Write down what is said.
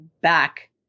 back